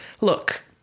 Look